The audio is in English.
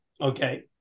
Okay